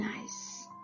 nice